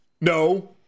no